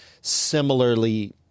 similarly